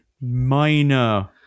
minor